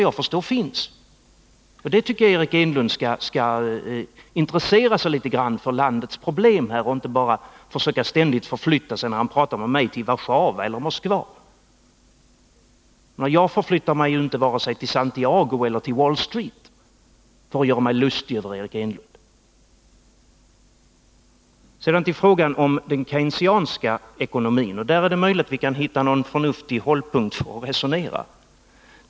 Jag tycker att Eric Enlund skall intressera sig litet för landets problem och när han talar med mig inte bara försöka att ständigt förflytta sig till Warszawa eller Moskva. Jag förflyttar mig inte till vare sig Santiago eller Wall Street för att göra mig lustig över Eric Enlund. I frågan om den Keynesianska ekonomin är det möjligt att vi kan hitta någon förnuftig hållpunkt för att resonera.